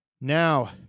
Now